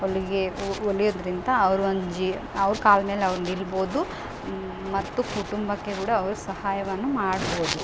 ಹೊಲ್ಗೆ ಹೊಲಿಯದ್ರಿಂದ ಅವ್ರ ಒಂದು ಜಿ ಅವ್ರ ಕಾಲ್ಮೇಲೆ ಅವ್ರು ನಿಲ್ಬೌದು ಮತ್ತು ಕುಟುಂಬಕ್ಕೆ ಕೂಡ ಅವ್ರು ಸಹಾಯವನ್ನು ಮಾಡ್ಬೌದು